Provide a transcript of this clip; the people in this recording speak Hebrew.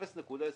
0.25%,